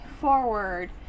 forward